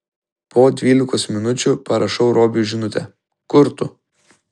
po dvylikos minučių parašau robiui žinutę kur tu